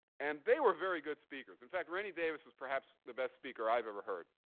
and they were very good speakers. in fact, rennie davis was perhaps the best speaker i've ever heard.